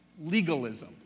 legalism